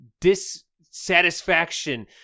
dissatisfaction